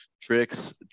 tricks